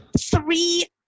three